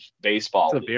baseball